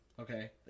okay